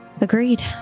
Agreed